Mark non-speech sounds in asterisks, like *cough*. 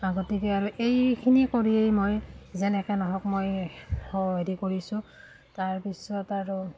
গতিকে আৰু এইখিনি কৰিয়েই মই যেনেকৈ নহওক মই *unintelligible* হেৰি কৰিছোঁ তাৰ পিছত আৰু